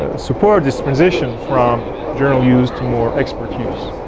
ah support this transition from general use to more expert use.